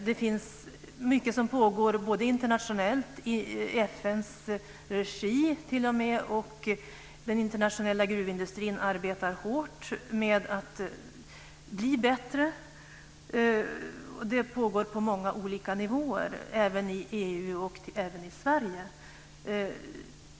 Det finns mycket som pågår internationellt, t.o.m. i FN:s regi, och den internationella gruvindustrin arbetar hårt med att bli bättre. Det här pågår på många olika nivåer, i EU och även i Sverige.